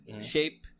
shape